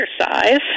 exercise